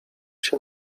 się